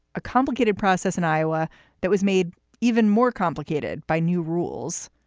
a complicated process in iowa that was made even more complicated by new rules,